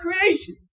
creation